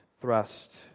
thrust